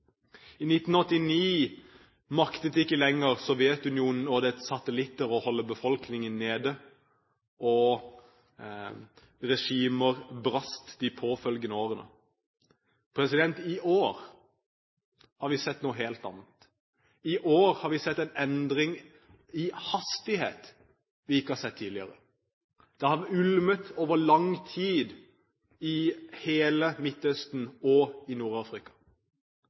I 1989 maktet ikke lenger Sovjetunionen og dens satellitter å holde befolkningen nede, og regimer brast de påfølgende årene. I år har vi sett noe helt annet. I år har vi sett en endring i hastighet vi ikke har sett tidligere. Det har ulmet over lang tid i hele Midtøsten og i